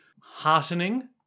heartening